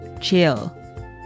Chill